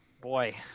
boy